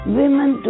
women